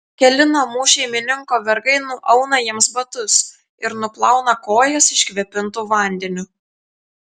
keli namų šeimininko vergai nuauna jiems batus ir nuplauna kojas iškvėpintu vandeniu